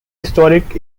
historic